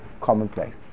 commonplace